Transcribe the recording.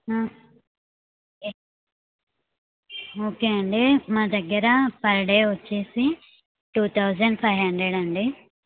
ఏ okay అండి మా దగ్గర పర్ డే వచ్చేసి టూ థౌజండ్ ఫైవ్ హండ్రెడ్ అండి